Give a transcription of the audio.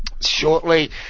shortly